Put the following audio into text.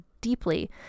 deeply